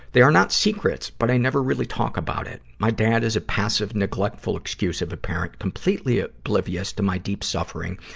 they are not secrets, but i never really talk about it. my dad is a passive, neglectful excuse of a parent, completely ah oblivious to my deep suffering,